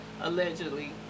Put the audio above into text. allegedly